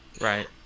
Right